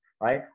right